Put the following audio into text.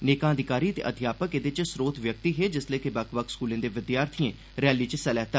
नेकां अधिकारी ते अध्या क एदे च स्रोत व्यक्ति हे जिस्सलै के बक्ख बक्ख स्कूले दे विद्यार्थियें रैली च हिस्सा लैता